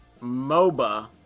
MOBA